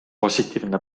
positiivne